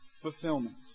fulfillment